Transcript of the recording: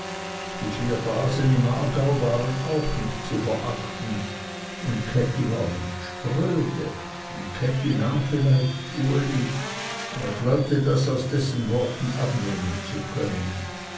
die vier basen im aargau waren auch nicht zu verachten und käthi war nicht spröde und käthi nahm vielleicht uli er glaubte das aus dessen worten abnehmen zu können